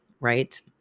right